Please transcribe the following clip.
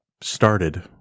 started